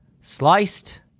sliced